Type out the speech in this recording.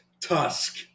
Tusk